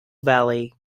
valley